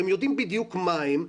והם יודעים בדיוק מה הם,